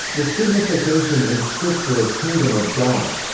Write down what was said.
the signification in scripture of kingdom of god,